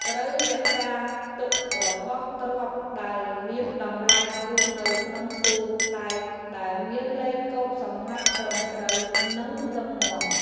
ត្រូវរក្សាទុករបស់ទ្រព្យដែលមានតម្លៃខ្ពស់នៅក្នុងទូដែកដែលមានលេខកូដសម្ងាត់ត្រឹមត្រូវនិងរឹងមាំ។